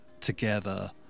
together